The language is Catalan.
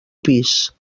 pis